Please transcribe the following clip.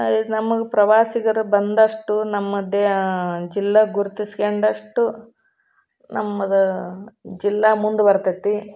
ನಮಗೆ ಪ್ರವಾಸಿಗರು ಬಂದಷ್ಟು ನಮ್ಮ ಜಿಲ್ಲೆ ಗುರ್ತಿಸ್ಕೊಂಡಷ್ಟು ನಮ್ದು ಜಿಲ್ಲೆ ಮುಂದೆ ಬರ್ತೈತಿ